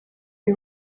uyu